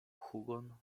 hugon